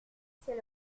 c’est